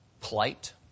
plight